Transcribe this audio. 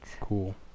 Cool